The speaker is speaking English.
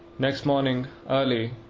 next morning early,